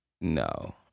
no